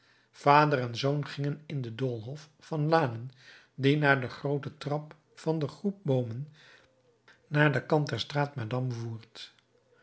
vader en zoon gingen in den doolhof van lanen die naar de groote trap van de groep boomen naar den kant der straat madame voert